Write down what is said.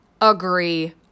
agree